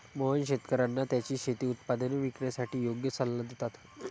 मोहन शेतकर्यांना त्यांची शेती उत्पादने विकण्यासाठी योग्य सल्ला देतात